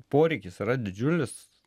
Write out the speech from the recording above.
poreikis yra didžiulis